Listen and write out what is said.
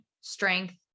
strength